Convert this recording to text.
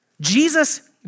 Jesus